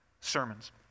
sermons